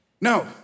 No